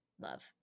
love